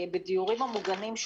בדיורים המוגנים,